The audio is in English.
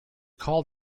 call